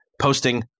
posting